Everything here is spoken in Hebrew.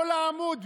כל העמוד,